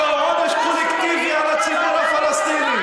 זהו עונש קולקטיבי לציבור הפלסטיני.